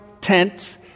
tent